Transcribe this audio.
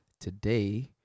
today